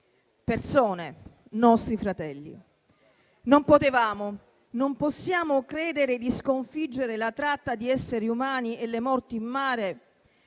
(persone, nostri fratelli). Non potevamo, non possiamo credere di sconfiggere la tratta di esseri umani e le morti in mare